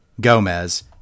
Gomez